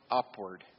upward